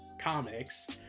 comics